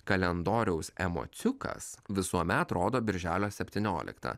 kalendoriaus emociukas visuomet rodo birželio septynioliktą